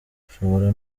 mushobora